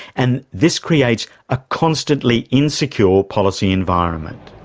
and this creates a constantly insecure policy environment.